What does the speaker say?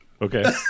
Okay